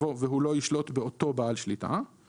יבוא "והוא לא ישלוט באותו בעל שליטה";